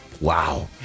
Wow